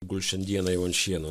guls šiandieną jau ant šieno